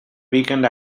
weekend